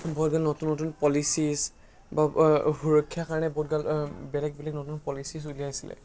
বহুতো নতুন নতুন পলিচিছ সুৰক্ষাৰ কাৰণে বহুতগাল বেলেগ বেলেগ নতুন পলিচিছ ওলাইছিলে